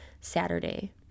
Saturday